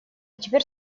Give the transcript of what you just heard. теперь